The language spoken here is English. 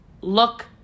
look